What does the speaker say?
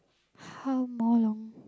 how more long